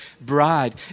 bride